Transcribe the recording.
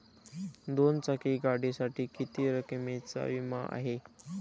दोन चाकी गाडीसाठी किती रकमेचा विमा आहे?